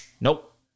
Nope